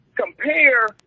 Compare